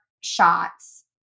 shots